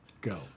Go